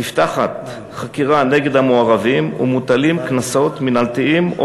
נפתחת חקירה נגד המעורבים ומוטלים קנסות מינהלתיים או